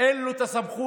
אין לו את הסמכות